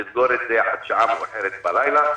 לסגור עד שעה מאוחרת בלילה.